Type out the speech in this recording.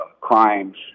crimes